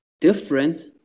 different